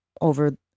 over